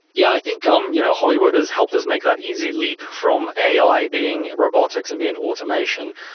yeah i think um you know hollywood has helped us make that easy leap from ai being robotics and being automation.